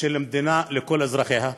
של מדינה לכל אזרחיה,